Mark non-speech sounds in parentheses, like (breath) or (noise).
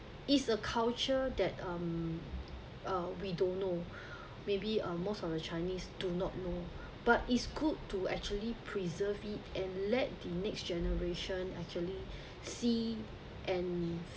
is a culture that um uh we don't know (breath) maybe uh most of the chinese do not know but it's good to actually preserve it and let the next generation actually see and